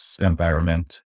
environment